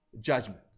judgment